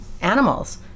animals